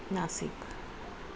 Nashik